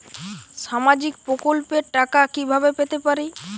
সামাজিক প্রকল্পের টাকা কিভাবে পেতে পারি?